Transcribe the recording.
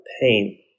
pain